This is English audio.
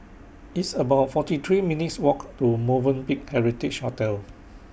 It's about forty three minutes' Walk to Movenpick Heritage Hotel